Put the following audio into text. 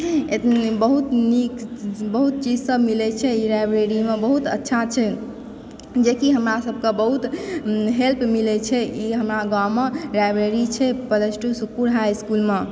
बहुत नीक बहुत चीज सब मिलै छै ई लाइब्रेरी मे बहुत अच्छा छै जेकि हमरा सभ के बहुत हेल्प मिले छै ई हमरा गाॅंवमे लाइब्रेरी छै प्लस टू सुखपुर हाई इसकुलमे